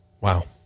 Wow